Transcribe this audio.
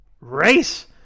race